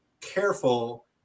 careful